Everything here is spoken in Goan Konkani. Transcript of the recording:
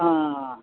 आं